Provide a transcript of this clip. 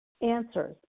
answers